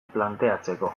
planteatzeko